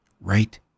right